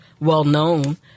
well-known